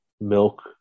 milk